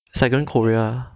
it's like going korea ah